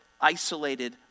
isolated